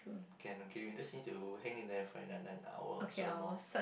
can okay we just need to hang in there for another hour or so more